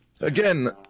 Again